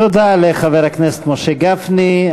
תודה לחבר הכנסת משה גפני.